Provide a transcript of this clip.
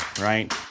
right